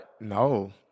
No